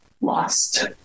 lost